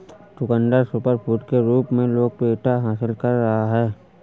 चुकंदर सुपरफूड के रूप में लोकप्रियता हासिल कर रहा है